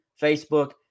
Facebook